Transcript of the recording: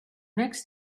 next